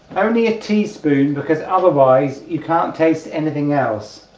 only a teaspoon because otherwise you can't taste anything else